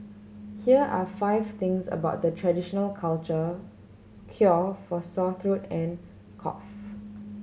here are five things about the traditional culture cure for sore throat and cough